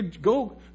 go